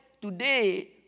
today